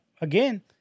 again